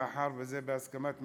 מאחר שזה בהסכמת הממשלה.